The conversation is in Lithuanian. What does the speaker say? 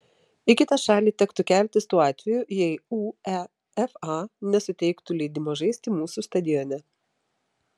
į kitą šalį tektų keltis tuo atveju jei uefa nesuteiktų leidimo žaisti mūsų stadione